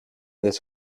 this